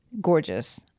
Gorgeous